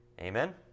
Amen